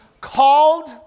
Called